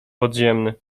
podziemny